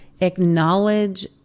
acknowledge